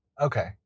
Okay